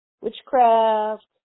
witchcraft